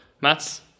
Mats